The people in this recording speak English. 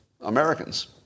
Americans